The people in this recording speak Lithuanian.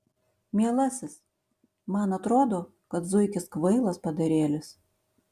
mielasis man atrodo kad zuikis kvailas padarėlis